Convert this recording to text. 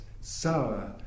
sour